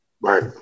Right